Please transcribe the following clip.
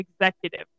executive